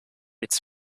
its